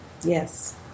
Yes